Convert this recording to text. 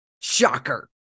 Shocker